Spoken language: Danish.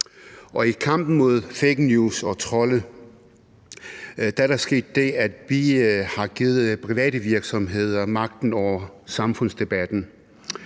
I kampen mod fake news og trolls er der sket det, at vi har givet private virksomheder magten over samfundsdebatten.